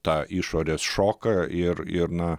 tą išorės šoką ir ir na